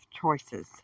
choices